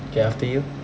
K after you